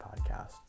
podcast